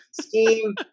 scheme